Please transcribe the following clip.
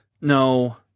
No